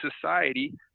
society